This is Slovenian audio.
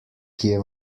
kje